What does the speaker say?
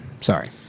sorry